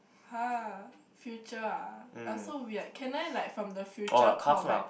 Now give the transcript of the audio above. [huh] future ah like so weird can I like from the future call back